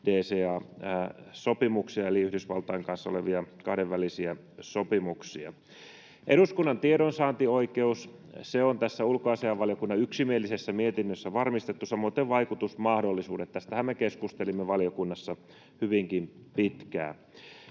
DCA-sopimuksia eli Yhdysvaltain kanssa olevia kahdenvälisiä sopimuksia. Eduskunnan tiedonsaantioikeus on tässä ulkoasiainvaliokunnan yksimielisessä mietinnössä varmistettu, samoiten vaikutusmahdollisuudet. Tästähän me keskustelimme valiokunnassa hyvinkin pitkään.